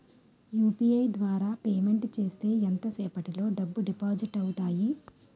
UPI ద్వారా payment చేస్తే ఎంత సేపటిలో డబ్బులు డిపాజిట్ అవుతాయి?